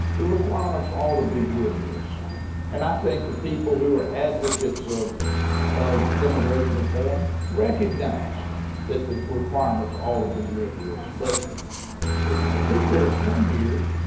the requirements ought to be rigorous. and and i think the people who are advocates of of immigration reform recognize that the requirements ought to be rigorous, but the the people that have come here,